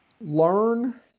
Learn